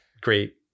great